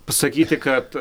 pasakyti kad